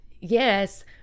yes